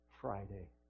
Friday